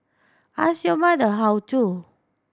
ask your mother how to